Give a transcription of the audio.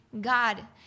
God